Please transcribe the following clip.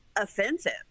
offensive